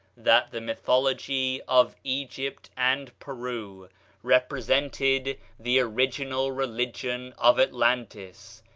that the mythology of egypt and peru represented the original religion of atlantis,